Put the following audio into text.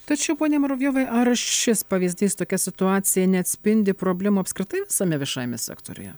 tačiau pone muravjovai ar šis pavyzdys tokia situacija neatspindi problemų apskritai visame viešajame sektoriuje